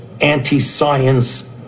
anti-science